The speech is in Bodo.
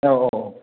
औ औ